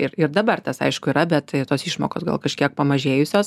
ir ir dabar tas aišku yra bet tai tos išmokos gal kažkiek pamažėjusios